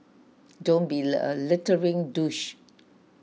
don't be a littering douche